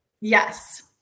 Yes